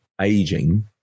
aging